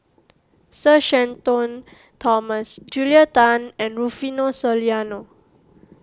Sir Shenton Thomas Julia Tan and Rufino Soliano